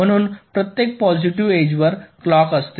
म्हणून प्रत्येक पॉझिटिव्ह एजवर क्लॉक असते